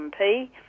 MP